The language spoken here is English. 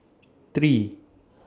three